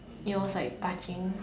it was like touching